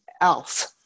else